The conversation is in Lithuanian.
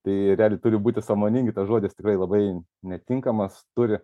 tai realiai turi būti sąmoningi tas žodis tikrai labai netinkamas turi